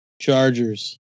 Chargers